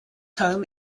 home